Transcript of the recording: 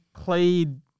played